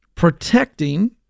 Protecting